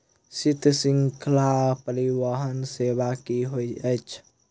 शीत श्रृंखला परिवहन सेवा की होइत अछि?